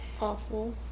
Awful